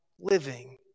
living